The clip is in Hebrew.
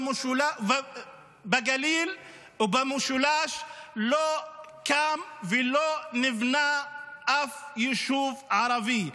בגליל ובמשולש לא קם ולא נבנה אף יישוב ערבי.